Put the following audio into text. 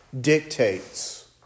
dictates